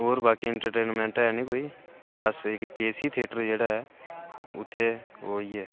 होर बाकि एंटरटेनमेंट ऐ निं कोई बस इक के सी थेटर जेह्ड़ा ऐ उ'त्थें ओह् ई ऐ